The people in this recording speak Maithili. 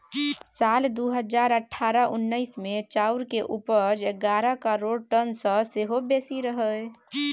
साल दु हजार अठारह उन्नैस मे चाउर केर उपज एगारह करोड़ टन सँ सेहो बेसी रहइ